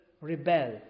rebel